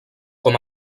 com